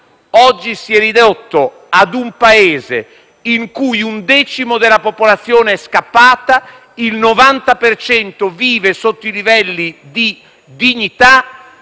oggi si è ridotto ad essere un Paese in cui un decimo della popolazione è scappato, il 90 per cento vive sotto i livelli di dignità,